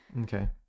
Okay